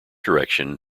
direction